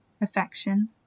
affection